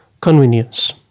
convenience